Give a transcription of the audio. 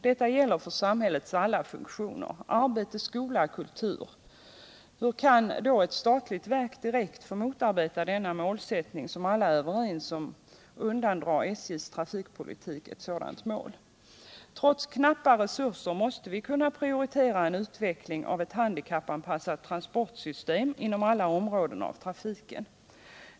Detta gäller för samhällets alla funktioner, arbete, skola, kultur m.m. Hur kan då ett statligt verk direkt få motarbeta den målsättning som alla är överens om och undandra SJ:s trafikpolitik ett sådant mål? Trots knappa resurser måste vi kunna prioritera en utveckling av ett handikappanpassat transportsystem inom alla områden av trafiken.